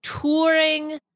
touring